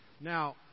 Now